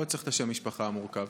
לא צריך את שם המשפחה המורכב.